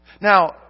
Now